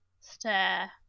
stare